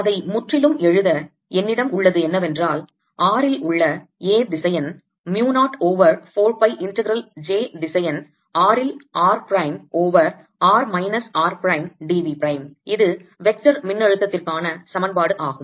அதை முற்றிலும் எழுத என்னிடம் உள்ளது என்னவென்றால் r இல் உள்ள A திசையன் mu 0 over 4 pi integral j திசையன் r இல் r prime over r minus r prime d v prime இது வெக்டார் மின்னழுத்தத்திற்கான சமன்பாடு ஆகும்